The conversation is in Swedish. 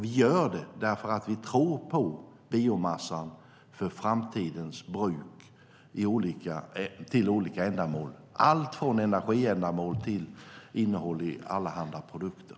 Vi gör det därför att vi tror på biomassan i framtida bruk till olika ändamål, allt från energiändamål till innehåll i allehanda produkter.